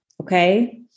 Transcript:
Okay